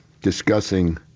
discussing